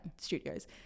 studios